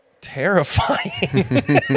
terrifying